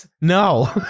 no